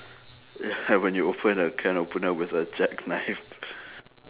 ya when you open a can opener with a jackknife